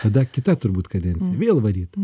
tada kita turbūt kadencija vėl varyt